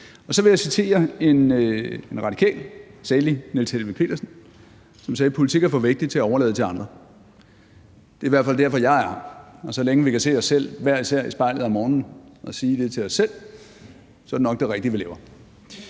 Så vil jeg citere en radikal, salig Niels Helveg Petersen, som sagde, at politik er for vigtigt til at overlade til andre. Sådan er det i hvert fald der, hvor jeg er, og så længe vi hver især kan se os selv i spejlet om morgenen og sige det til os selv, er det nok det rigtige, vi laver.